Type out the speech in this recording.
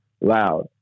loud